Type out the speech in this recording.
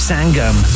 Sangam